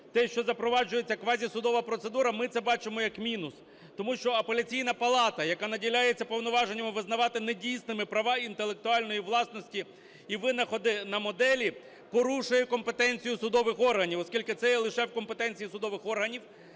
те, що запроваджується квазісудова процедура, ми це бачимо як мінус. Тому що Апеляційна палата, яка наділяється повноваженнями визнавати недійсними права інтелектуальної власності і винаходи на моделі, порушує компетенцію судових органів, оскільки це є лише в компетенції судових органів,